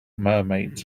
mermaids